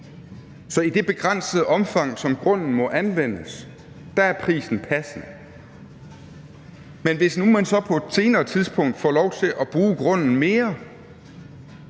Så i det begrænsede omfang, som grunden må anvendes, er prisen passende. Men hvis man så på et senere tidspunkt får lov til at bruge grunden mere,